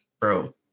Bro